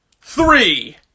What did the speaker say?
three